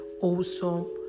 awesome